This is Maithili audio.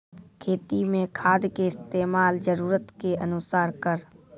खेती मे खाद के इस्तेमाल जरूरत के अनुसार करऽ